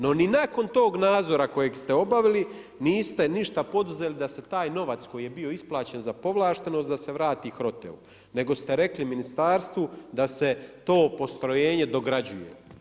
No, ni nakon tog nadzori kojeg ste obavili niste ništa poduzeli da se taj novac koji je bio isplaćen za povlaštenost da se vrate HROTE-u nego ste rekli ministarstvu da se to postrojenje dograđuje.